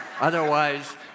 Otherwise